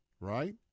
right